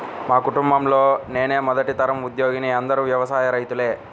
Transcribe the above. మా కుటుంబంలో నేనే మొదటి తరం ఉద్యోగిని అందరూ వ్యవసాయ రైతులే